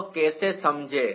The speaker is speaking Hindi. तो कैसे समझें